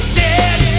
dead